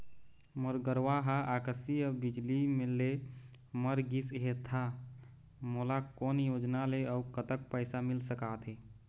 मोर गरवा हा आकसीय बिजली ले मर गिस हे था मोला कोन योजना ले अऊ कतक पैसा मिल सका थे?